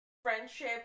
friendship